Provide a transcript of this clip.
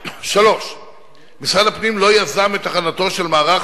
3. משרד הפנים לא יזם את הכנתו של מערך